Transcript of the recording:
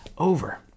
over